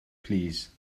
plîs